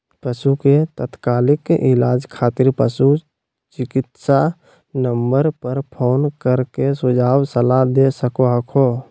पशु के तात्कालिक इलाज खातिर पशु चिकित्सा नम्बर पर फोन कर के सुझाव सलाह ले सको हखो